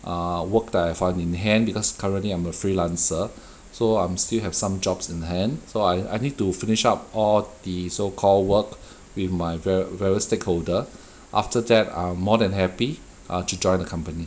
uh work that I have in hand because currently I'm a freelancer so I'm still have some jobs in hand so I I need to finish up all the so-called work with my va~ various stakeholder after that I'm more than happy err to join the company